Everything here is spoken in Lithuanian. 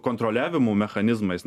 kontroliavimo mechanizmais